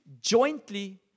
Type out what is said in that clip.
jointly